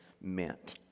meant